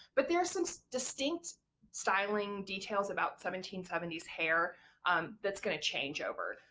but there are some distinct styling details about seventeen seventy s hair that's going to change over,